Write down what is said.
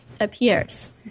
appears